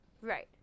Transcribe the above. Right